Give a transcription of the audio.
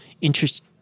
interest